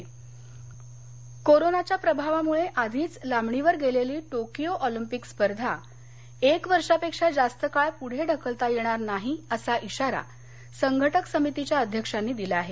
Olympic कोरोनाच्या प्रादुर्भावामुळे आधीच लांबणीवर गेलेली टोकियो ऑलिंपिक स्पर्धा एक वर्षापेक्षा जास्त काळ पुढे ढकलता येणार नाही अशा इशारा संघटक समितीच्या अध्यक्षांनी दिला आहे